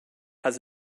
has